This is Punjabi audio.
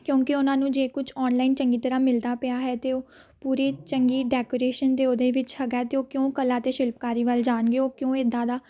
ਕਿਉਂਕਿ ਉਹਨਾਂ ਨੂੰ ਜੇ ਕੁਛ ਔਨਲਾਈਨ ਚੰਗੀ ਤਰ੍ਹਾਂ ਮਿਲਦਾ ਪਿਆ ਹੈ ਅਤੇ ਉਹ ਪੂਰੀ ਚੰਗੀ ਡੈਕੋਰੇਸ਼ਨ ਅਤੇ ਉਹਦੇ ਵਿੱਚ ਹੈਗਾ ਅਤੇ ਉਹ ਕਿਉਂ ਕਲਾ ਅਤੇ ਸ਼ਿਲਪਕਾਰੀ ਵੱਲ ਜਾਣਗੇ ਉਹ ਕਿਉਂ ਇੱਦਾਂ ਦਾ